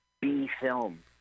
B-film